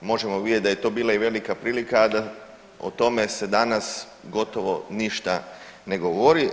Možemo vidjeti da je to bila i velika prilika, a da o tome se danas gotovo ništa ne govori.